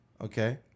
Okay